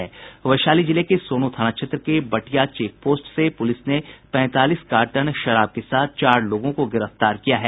वैशाली जिले के सोनो थाना क्षेत्र के बटिया चेकपोस्ट से पुलिस ने पैंतालीस कार्टन विदेशी शराब के साथ चार लोगों को गिरफ्तार किया है